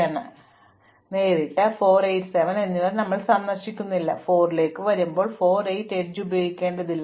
അതിനാൽ ഞങ്ങൾ നേരിട്ട് 4 8 7 എന്നിവ സന്ദർശിക്കില്ല അതിനാൽ 4 ലേക്ക് വരുമ്പോൾ 4 8 എഡ്ജ് ഉപയോഗിക്കേണ്ടതില്ല